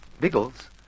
Biggles